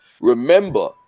remember